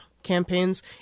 campaigns